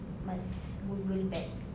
must google back